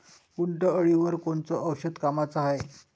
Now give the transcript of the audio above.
उंटअळीवर कोनचं औषध कामाचं हाये?